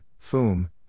Foom